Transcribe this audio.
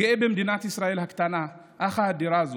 גאה במדינת ישראל הקטנה אך האדירה הזאת,